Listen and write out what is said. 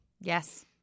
Yes